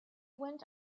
went